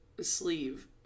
sleeve